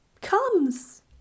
comes